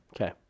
Okay